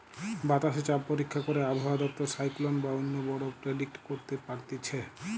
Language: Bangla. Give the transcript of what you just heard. বাতাসে চাপ পরীক্ষা করে আবহাওয়া দপ্তর সাইক্লোন বা অন্য ঝড় প্রেডিক্ট করতে পারতিছে